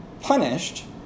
punished